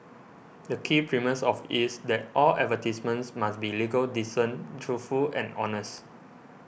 the key premise of is that all advertisements must be legal decent truthful and honest